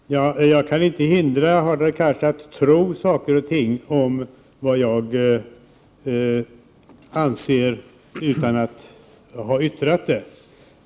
Herr talman! Jag kan inte hindra Hadar Cars att tro saker och ting om vad jag anser utan att jag har sagt det.